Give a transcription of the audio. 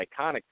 iconic